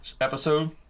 episode –